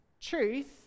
truth